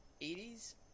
80s